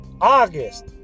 August